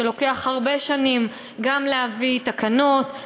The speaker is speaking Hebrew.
שלוקח הרבה שנים להביא תקנות,